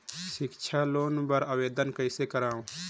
सिक्छा लोन बर आवेदन कइसे करव?